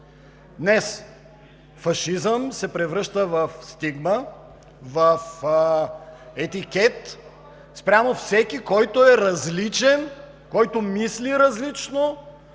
Днес фашизъм се превръща в стигма, в етикет спрямо всеки, който е различен, който мисли различно